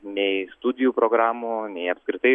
nei studijų programų nei apskritai